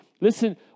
Listen